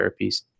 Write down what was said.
therapies